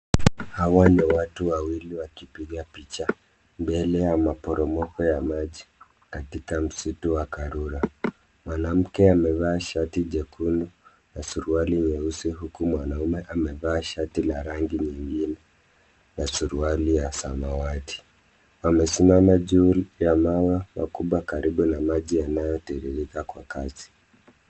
Hawa ni watu wawili wakipiga picha mbele ya maporomoko ya maji katika msitu wa Karura. Mwanamke amevaa shati jekundu na suruali nyeusi huku mwanaume amevaa shati la rangi nyingine na suruali ya samawati. Wamesimama juu ya mawe makubwa karibu na maji yanayotiririka kwa kasi.